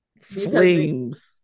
flames